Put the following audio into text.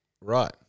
Right